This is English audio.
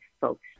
folks